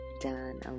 done